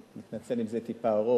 ואני מתנצל אם זה יהיה טיפה ארוך,